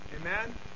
Amen